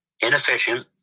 Inefficient